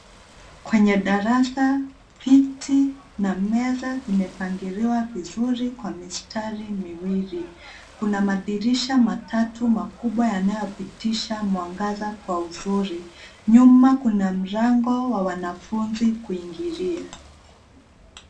Kwenye darasa viti na meza zimepangiliwa vizuri kwa mistari miwili. Kuna madirisha matatu makubwa yanayopitisha mwangaza kwa uzuri. Nyuma kuna mlango wa wanafunzi kuingilia.